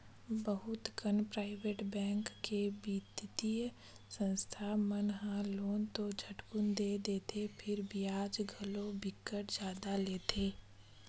बहुत कन private bank के बित्तीय संस्था मन ह लोन तो झटकुन दे देथे फेर बियाज घलो बिकट जादा लेथे